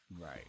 Right